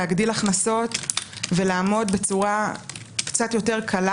להגדיל הכנסות ולעמוד בצורה קצת יותר קלה